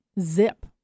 zip